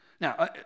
Now